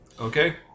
Okay